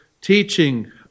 teaching